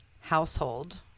household